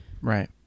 Right